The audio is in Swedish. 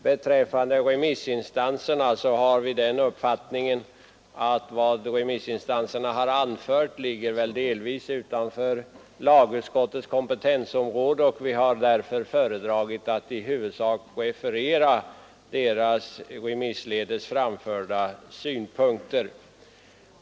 Beträffande remissinstanserna har vi den uppfattningen att vad dessa anfört delvis ligger utanför lagutskottets kompetensområde. Vi har därför föredragit att i huvudsak referera remissinstansernas framförda synpunkter.